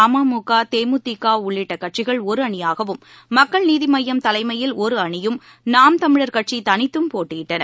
அ ம மு க தே மு தி க உள்ளிட்ட கட்சிகள் ஒரு அணியாகவும் மக்கள் நீதி மய்யம் தலைமையில் ஒரு அணியும் நாம் தமிழர் கட்சி தனித்தும் போட்டியிட்டன